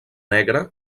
negre